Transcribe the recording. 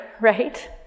right